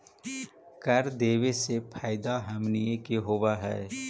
कर देबे से फैदा हमनीय के होब हई